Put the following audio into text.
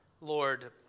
Lord